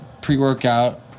pre-workout